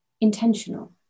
intentional